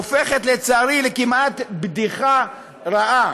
הופכת לצערי כמעט לבדיחה רעה.